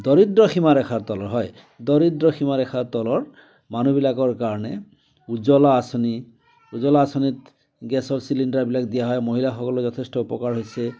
দৰিদ্ৰ সীমাৰেখাৰ তলৰ হয় দৰিদ্ৰ সীমাৰেখাৰ তলৰ মানুহবিলাকৰ কাৰণে উজ্বলা আঁচনি উজ্বলা আঁচনিত গেছৰ চিলিণ্ডাৰবিলাক দিয়া হয় মহিলাসকলৰ যথেষ্ট উপকাৰ হৈছে